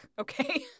okay